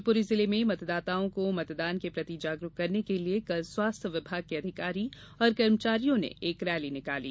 शिवपूरी जिले में मतदाताओं को मतदान के प्रति जागरूक करने के लिए कल स्वास्थ्य विभाग के अधिकारी एवं कर्मचारियों ने एक रैली निकाली